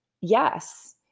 yes